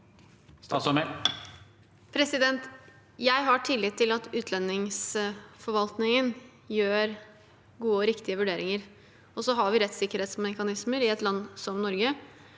Jeg har tillit til at utlendingsforvaltningen gjør gode og riktige vurderinger. Vi har også rettssikkerhetsmekanismer i et land som Norge